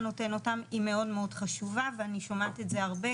נותן אותם היא מאוד חשובה ואני שומעת את זה הרבה